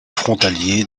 frontalier